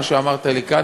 מה שאמרת לי כאן,